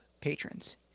patrons